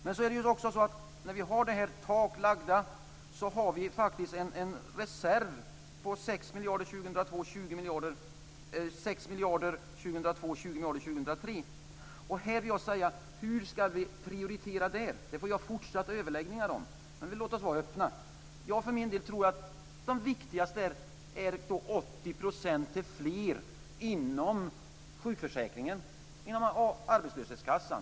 Men när vi har dessa tak lagda har vi faktiskt en reserv på 6 miljarder 2002 och 20 miljarder 2003. Hur ska vi prioritera där? Det får vi ha fortsatta överläggningar om. Men låt oss vara öppna! Jag för min del tror att det viktigaste är att fler får 80 % inom sjukförsäkringen och inom arbetslöshetskassan.